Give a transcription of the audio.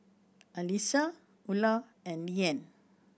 Alyssia Ula and Leanne